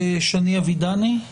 ושני אבידני;